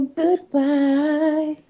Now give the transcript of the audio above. goodbye